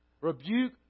Rebuke